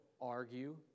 argue